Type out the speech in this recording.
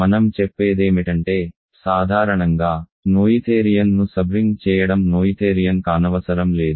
మనం చెప్పేదేమిటంటే సాధారణంగా నోయిథేరియన్ ను సబ్రింగ్ చేయడం నోయిథేరియన్ కానవసరం లేదు